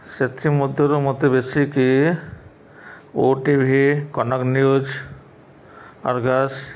ସେଥି ମଧ୍ୟରୁ ମତେ ବେଶିକି O T V Kanak news Argus